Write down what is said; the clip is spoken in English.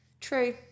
True